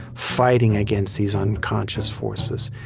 fighting against these unconscious forces.